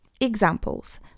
Examples